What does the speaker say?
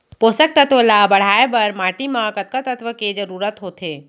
पोसक तत्व ला बढ़ाये बर माटी म कतका तत्व के जरूरत होथे?